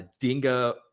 dinga